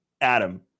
Adam